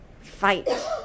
fight